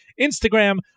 Instagram